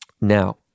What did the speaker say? Now